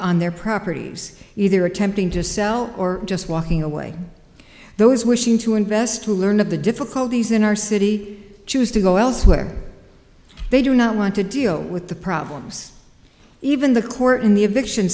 on their properties either attempting to sell or just walking away those wishing to invest to learn of the difficulties in our city choose to go elsewhere they do not want to deal with the problems even the court in the addition